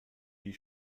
die